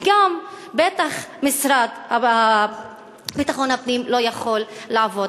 ובטח גם המשרד לביטחון הפנים לא יכול לעבוד.